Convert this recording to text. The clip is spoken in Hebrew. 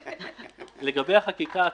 לגבי החקיקה עצמה,